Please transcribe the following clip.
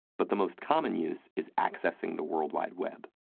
but the most common use is accessing the world wide web.